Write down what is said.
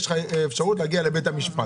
אחר כך יש לך אפשרות להגיע לבית המשפט.